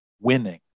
winning